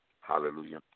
Hallelujah